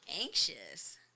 Anxious